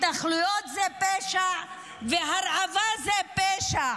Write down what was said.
התנחלויות זה פשע והרעבה זה פשע.